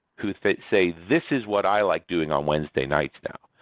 who that say, this is what i like doing on wednesday night now,